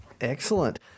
Excellent